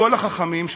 גדול החכמים,